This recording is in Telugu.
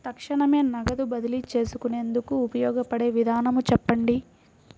తక్షణమే నగదు బదిలీ చేసుకునేందుకు ఉపయోగపడే విధానము చెప్పండి?